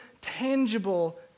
tangible